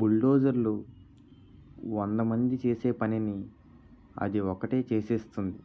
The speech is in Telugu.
బుల్డోజర్లు వందమంది చేసే పనిని అది ఒకటే చేసేస్తుంది